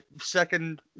second